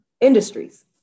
industries